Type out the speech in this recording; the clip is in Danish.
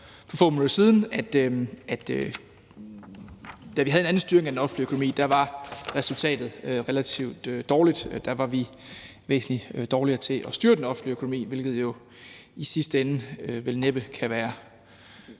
for få minutter siden – at da vi havde en anden styring af den offentlige økonomi, var resultatet relativt dårligt. Der var vi væsentlig dårligere til at styre den offentlige økonomi, hvilket jo i sidste ende vel næppe kan være